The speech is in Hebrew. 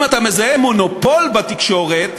אם אתה מזהה מונופול בתקשורת,